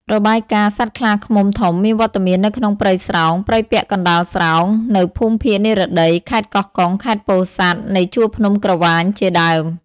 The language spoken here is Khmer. របាយណ៍សត្វខ្លាឃ្មុំធំមានវត្តមាននៅក្នុងព្រៃស្រោង ព្រៃពាក់កណ្តាលស្រោង នៅភូមិភាគនិរតី ខេត្តកោះកុង ខេត្តពោធិ៍សាត់ នៃជួរភ្នំក្រវាញ ជាដើម។